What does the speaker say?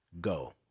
go